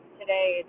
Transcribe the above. today